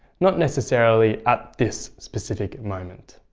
not necessarily at this specific moment.